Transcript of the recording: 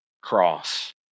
cross